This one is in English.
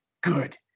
good